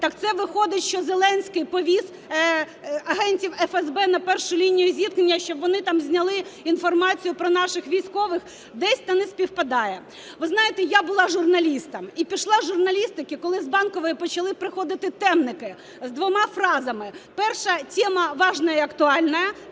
Так це виходить, що Зеленський повіз агентів ФСБ на першу лінію зіткнення, щоб вони там зняли інформацію про наших військових? Десь та не співпадає. Ви знаєте, я була журналістом, і пішла з журналістики, коли з Банкової почали приходити темники з двома фразами: перша тема – важная и актуальная,